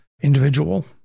individual